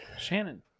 Shannon